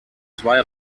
zwei